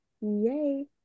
yay